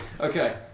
Okay